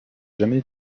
jamais